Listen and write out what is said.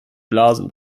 blasen